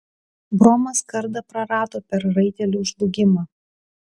bromas kardą prarado per raitelių žlugimą